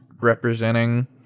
representing